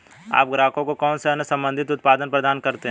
आप ग्राहकों को कौन से अन्य संबंधित उत्पाद प्रदान करते हैं?